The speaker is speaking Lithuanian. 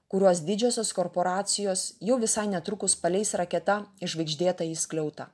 kuriuos didžiosios korporacijos jau visai netrukus paleis raketa į žvaigždėtąjį skliautą